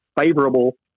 favorable